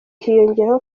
hiyongeraho